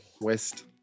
West